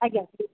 ଆଜ୍ଞା